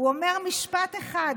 הוא אומר משפט אחד,